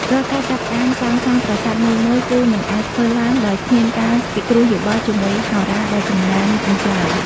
រាល់ការចាប់ផ្តើមសាងសង់ប្រាសាទមួយៗគឺមិនអាចធ្វើឡើងដោយគ្មានការពិគ្រោះយោបល់ជាមួយហោរាដ៏ចំណាននោះឡើយ។